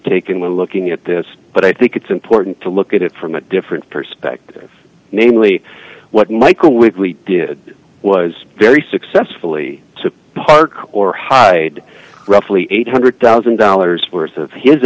taken when looking at this but i think it's important to look at it from a different perspective namely what michael woodley did was very successfully to park or hide roughly eight hundred thousand dollars worth of his